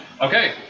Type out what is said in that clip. Okay